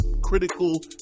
critical